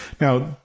now